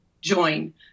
join